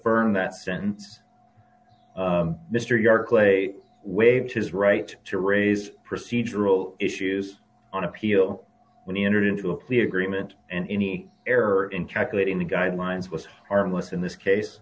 burned that sent mr york way waived his right to raise procedural issues on appeal when he entered into a plea agreement and any error in calculating the guidelines was harmless in this case